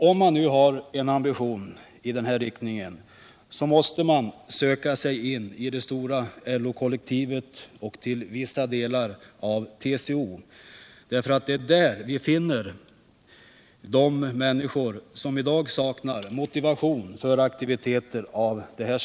Om man nu har en ambition i den här riktningen, måste man söka sig in i det stora LO-kollektivet och till vissa delar av TCO, därför att det är där vi finner de människor som i dag saknar motivation för kulturaktiviteter.